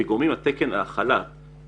פיגומים בתקן האירופאי.